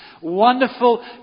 wonderful